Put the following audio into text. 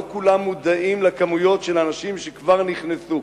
לא כולם מודעים לכמויות של האנשים שכבר נכנסו.